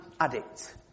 Addict